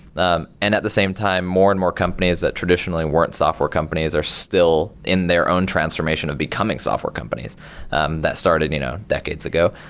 and at the same time more and more companies that traditionally weren't software companies are still in their own transformation of becoming software companies um that started you know decades ago.